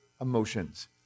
emotions